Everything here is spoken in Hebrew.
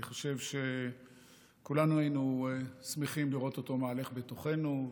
אני חושב שכולנו היינו שמחים לראות אותו מהלך בתוכנו,